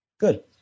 Good